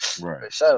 Right